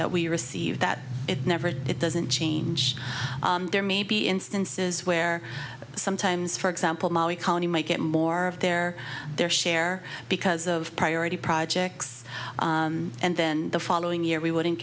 that we receive that it never did it doesn't change there may be instances where sometimes for example county might get more of their their share because of priority projects and then the following year we wouldn't